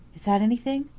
is that anything?